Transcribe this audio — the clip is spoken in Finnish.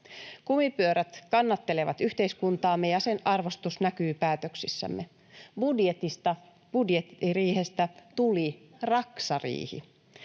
Kumipyörät kannattelevat yhteiskuntaamme, ja sen arvostus näkyy päätöksissämme. Budjetista tai budjettiriihestä tuli raksariihi.